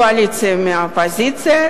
מהקואליציה ומהאופוזיציה,